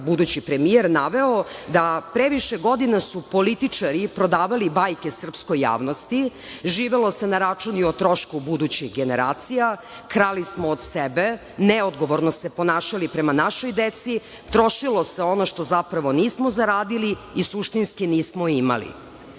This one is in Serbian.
budući premijer naveo da previše godina su političari prodavali bajke srpskoj javnosti, živelo se na račun i o trošku budućih generacija, krali smo od sebe, neodgovorno se ponašali prema našoj deci, trošilo se ono što zapravo nismo zaradili i suštinski nismo imali. Sada